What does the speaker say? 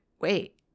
wait